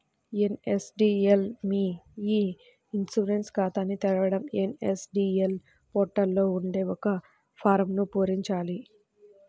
NSDL మీ e insurance ఖాతాని తెరవడం ఎన్.ఎస్.డి.ఎల్ పోర్టల్ లో ఉండే ఒక ఫారమ్ను పూరించాలి